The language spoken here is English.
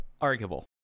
arguable